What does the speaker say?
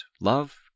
love